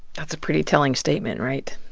that's a pretty telling statement, right?